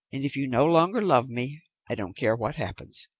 if you no longer love me, i don't care what happens.